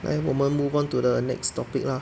来我们 move on to the next topic lah